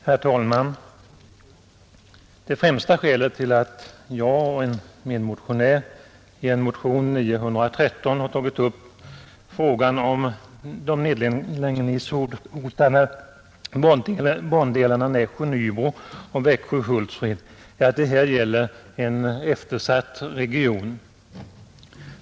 Herr talman! Det främsta skälet till att jag och en medmotionär i en motion, nr 913, har tagit upp frågan om de nedläggningshotade bandelarna Nässjö-Nybro och Växjö-Hultsfred är att det här gäller en eftersatt region.